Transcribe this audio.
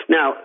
Now